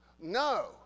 No